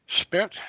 spent